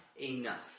enough